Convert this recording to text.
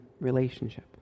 relationship